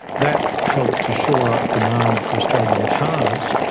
that helped to shore up demand for australian cars,